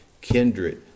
kindred